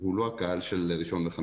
הוא לא הקהל של ראשון-חמישי.